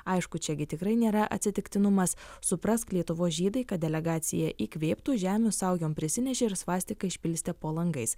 aišku čia gi tikrai nėra atsitiktinumas suprask lietuvos žydai kad delegacija įkvėptų žemių saujom prisinešė ir svastiką išpilstė po langais